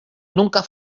nunca